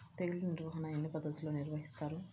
తెగులు నిర్వాహణ ఎన్ని పద్ధతుల్లో నిర్వహిస్తారు?